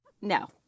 No